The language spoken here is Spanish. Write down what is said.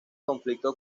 conflicto